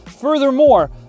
Furthermore